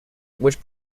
which